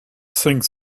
think